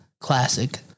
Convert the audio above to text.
Classic